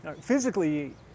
Physically